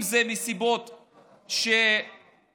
אם זה מסיבות טכניות,